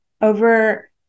over